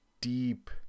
deep